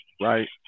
right